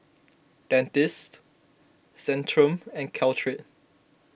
Dentiste Centrum and Caltrate